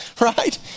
right